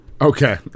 Okay